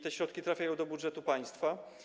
Te środki trafiają do budżetu państwa.